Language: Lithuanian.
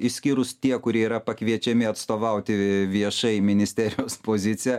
išskyrus tie kurie yra pakviečiami atstovauti viešai ministerijos poziciją